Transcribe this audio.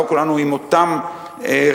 לא כולנו עם אותן השקפות.